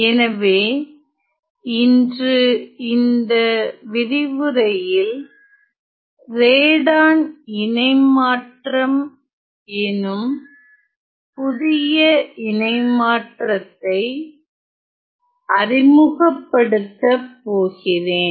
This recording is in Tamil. எனவே இன்று இந்த விரிவுரையில் ரேடான் இணைமாற்றம் எனும் புதிய இணைமற்றதை அறிமுகப்படுத்தப்போகிறேன்